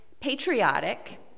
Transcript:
patriotic